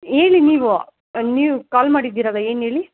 ಹೇಳಿ ನೀವು ನೀವು ಕಾಲ್ ಮಾಡಿದ್ದಿರಲ ಏನು ಹೇಳಿ